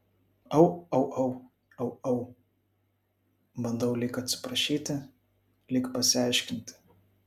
au au au au au bandau lyg atsiprašyti lyg pasiaiškinti